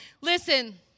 Listen